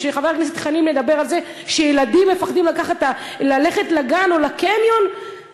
חבר הכנסת חנין מדבר על זה שילדים מפחדים ללכת לגן או לקניון,